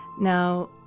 now